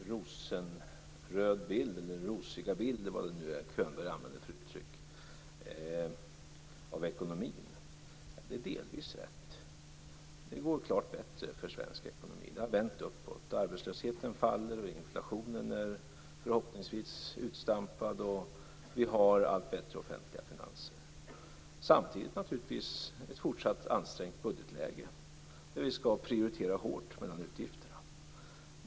Fru talman! Den rosenröda bilden eller rosiga bilden, eller vad det nu var för uttryck som Bo Könberg använde, av ekonomin är delvis rätt. Det går klart bättre för svensk ekonomi, det har vänt uppåt. Arbetslösheten sjunker, inflationen är förhoppningsvis utstampad och vi har allt bättre offentliga finanser. Samtidigt är det naturligtvis fortsatt ansträngt budgetläge, där vi skall prioritera hårt mellan utgifterna.